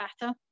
better